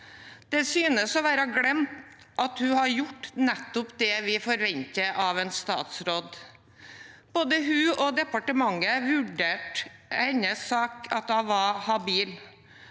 Det synes å være glemt at hun har gjort nettopp det vi forventer av en statsråd. Både hun og departementet vurderte hennes sak til at hun var habil.